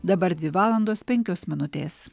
dabar dvi valandos penkios minutės